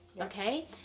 Okay